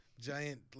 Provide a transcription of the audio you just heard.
giant